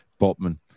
Botman